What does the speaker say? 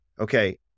Okay